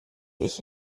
ich